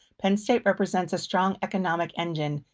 penn state represents a strong economic engine.